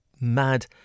mad